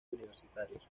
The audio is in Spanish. universitarios